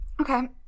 Okay